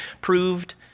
proved